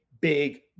big